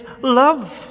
love